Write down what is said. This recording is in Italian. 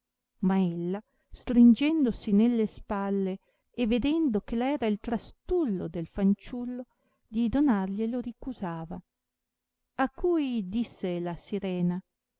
ma ella stringendosi nelle spalle e vedendo che era il trastullo del fanciullo di donarglielo ricusava a cui disse la sirena